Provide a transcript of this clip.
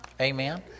Amen